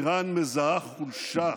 איראן מזהה חולשה,